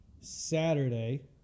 Saturday